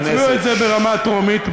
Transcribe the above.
תצביעו על זה ברמה טרומית,